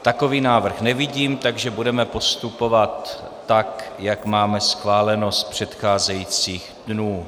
Takový návrh nevidím, takže budeme postupovat tak, jak máme schváleno z předcházejících dnů.